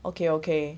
okay okay